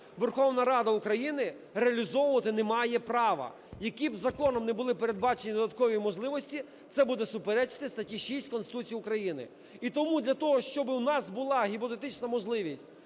Верховна Рада України реалізовувати не має права, які б законом не були передбачені додаткові можливості, це буде суперечити статті 6 Конституції України. І тому для того, щоб в нас була гіпотетична можливість